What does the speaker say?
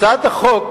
הצעת החוק